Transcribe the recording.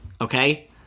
Okay